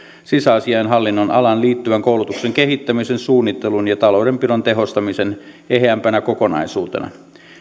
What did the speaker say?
sisäasiain hallinnonalaan liittyvän koulutuksen kehittämisen suunnittelun ja taloudenpidon tehostamisen eheämpänä kokonaisuutena